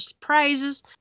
prizes